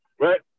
right